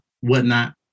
whatnot